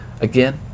Again